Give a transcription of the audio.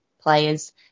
players